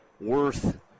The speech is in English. worth